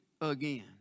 again